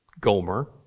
Gomer